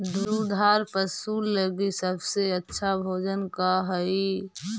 दुधार पशु लगीं सबसे अच्छा भोजन का हई?